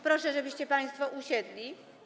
Proszę, żebyście państwo usiedli.